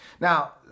Now